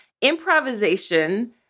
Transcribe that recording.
Improvisation